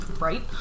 right